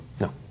No